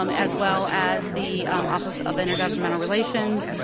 um as well as the office of intergovernmental relations,